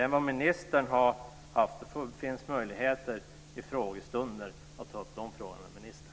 Vad gäller ministerns uttalanden så finns det möjligheter i frågestunder att ta upp de frågorna med ministern.